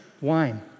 wine